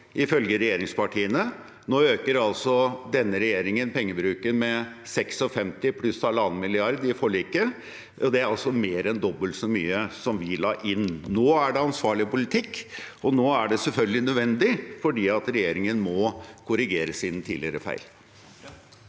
ifølge regjeringspartiene. Nå øker altså denne regjeringen pengebruken med 56 pluss halvannen milliard i forliket, og det er altså mer enn dobbelt så mye som vi la inn. Nå er det ansvarlig politikk, og nå er det selvfølgelig nødvendig, fordi regjeringen må korrigere sine tidligere feil.